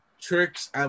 tricks